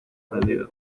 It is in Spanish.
aprendido